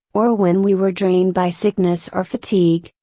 or when we were drained by sickness or fatigue,